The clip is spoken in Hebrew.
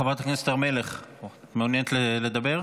חברת הכנסת הר מלך, את מעוניינת לדבר?